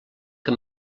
que